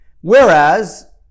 Whereas